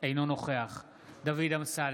אינו נוכח דוד אמסלם,